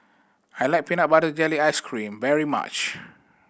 I like peanut butter jelly ice cream very much